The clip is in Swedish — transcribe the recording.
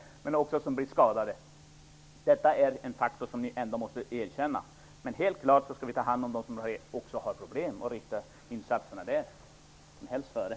Det är ett känt förhållande i hela västvärlden, och detta är en faktor som ni måste erkänna. Naturligtvis skall vi ta hand om dem som har problem och rikta insatserna dit - men helst före.